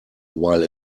while